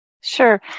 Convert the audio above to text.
Sure